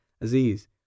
Aziz